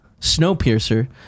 Snowpiercer